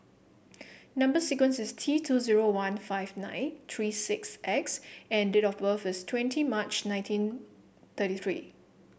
number sequence is T two zero one five nine three six X and date of birth is twenty March nineteen thirty three